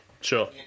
Sure